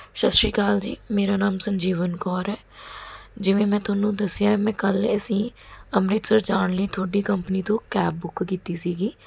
ਸਤਿ ਸ਼੍ਰੀ ਅਕਾਲ ਜੀ ਮੇਰਾ ਨਾਮ ਸੰਜੀਵਨ ਕੌਰ ਹੈ ਜਿਵੇਂ ਮੈਂ ਤੁਹਾਨੂੰ ਦੱਸਿਆ ਹੈ ਮੈਂ ਕੱਲ੍ਹ ਅਸੀਂ ਅੰਮ੍ਰਿਤਸਰ ਜਾਣ ਲਈ ਤੁਹਾਡੀ ਕੰਪਨੀ ਤੋਂ ਕੈਬ ਬੁੱਕ ਕੀਤੀ ਸੀਗੀ